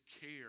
care